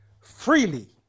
freely